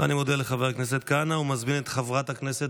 אני מודה לחבר הכנסת כהנא ומזמין את חברת הכנסת